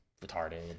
retarded